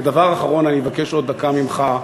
ודבר אחרון, אני מבקש עוד דקה ממך,